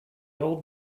old